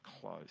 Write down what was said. close